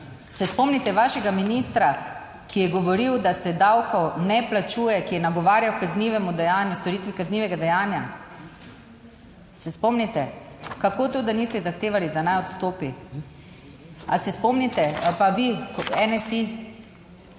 se spomnite vašega ministra, ki je govoril, da se davkov ne plačuje, ki je nagovarjal h kaznivemu dejanju, storitve kaznivega dejanja? Se spomnite? Kako to, da niste zahtevali, da naj odstopi? A se spomnite? Pa vi, NSi,